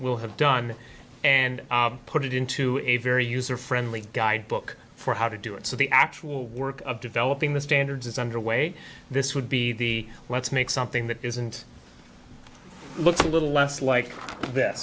will have done and put it into a very user friendly guidebook for how to do it so the actual work of developing the standards is underway this would be the let's make something that isn't looks a little less like th